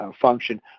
function